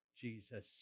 Jesus